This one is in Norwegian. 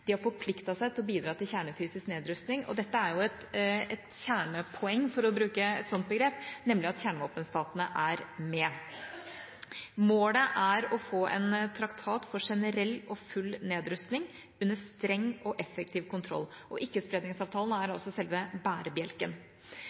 De har forpliktet seg til å bidra til kjernefysisk nedrustning. Det er nemlig et kjernepoeng, for å bruke et sånt begrep, at kjernevåpenstatene er med. Målet er å få en traktat for generell og full nedrustning under streng og effektiv kontroll. Ikkespredningsavtalen er selve bærebjelken.